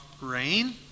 rain